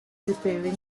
repairing